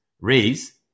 raise